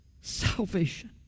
Salvation